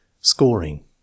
Scoring